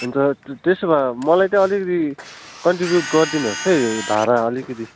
हुन्छ त्यसो भए मलाई चाहिँ अलिकति कन्ट्रिब्युट गरिदिनुहोस् है भाडा अलिकति